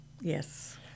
yes